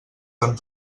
tan